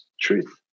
truth